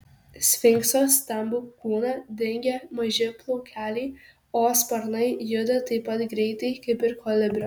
sfinkso stambų kūną dengia maži plaukeliai o sparnai juda taip pat greitai kaip ir kolibrio